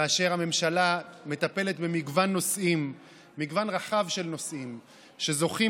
והממשלה מטפלת במגוון רחב של נושאים שזוכים